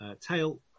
tail